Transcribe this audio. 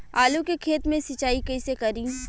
आलू के खेत मे सिचाई कइसे करीं?